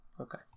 Okay